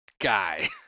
guy